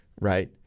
right